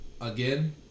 again